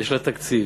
ושל התקציב,